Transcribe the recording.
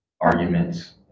Arguments